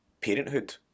parenthood